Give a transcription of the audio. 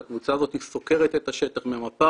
אני ה-CTO